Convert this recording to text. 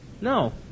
No